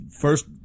first